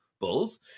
Bulls